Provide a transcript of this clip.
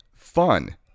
Fun